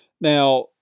Now